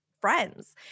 friends